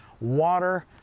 water